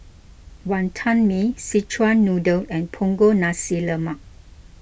Wantan Mee Szechuan Noodle and Punggol Nasi Lemak